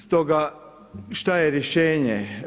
Stoga šta je rješenje?